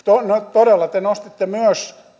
todella te nostitte myös